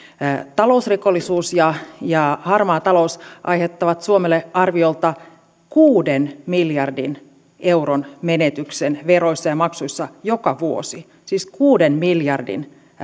talousrikollisuus ja ja harmaa talous aiheuttavat suomelle arviolta kuuden miljardin euron menetyksen veroissa ja maksuissa joka vuosi siis kuuden miljardin